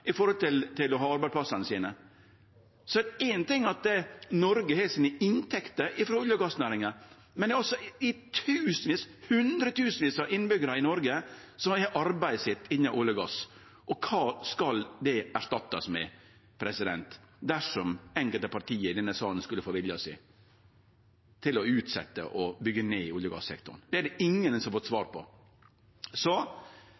er éin ting at Noreg har inntektene sine frå olje- og gassnæringa, men det er altså hundretusenvis av innbyggjarar i Noreg som har arbeidet sitt innan olje og gass. Kva skal det erstattast med dersom enkelte parti i denne salen skulle få viljen sin til å utsetje og til å byggje ned olje- og gassektoren? Det er det ingen som har fått